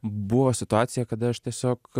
buvo situacija kada aš tiesiog